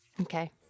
Okay